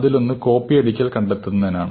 അതിലൊന്ന് കോപ്പിയടിക്കൽ കണ്ടെത്തലിനാണ്